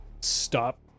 stop